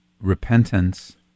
repentance